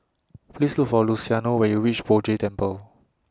Please Look For Luciano when YOU REACH Poh Jay Temple